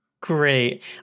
great